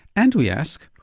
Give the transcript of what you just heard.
and we ask,